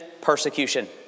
persecution